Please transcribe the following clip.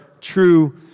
true